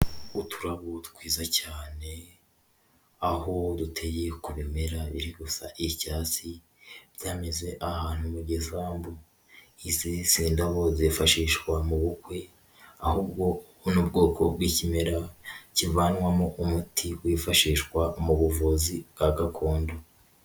Uturabo twiza cyane, aho duteye ku bimera biri gusa icyatsi byameze ahantu mu gisambu, izi si indabo zifashishwa mu bukwe ahubwo ubu ni ubwoko bw'ikimera kivanwamo umuti wifashishwa mu buvuzi bwa gakondo.